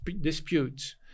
disputes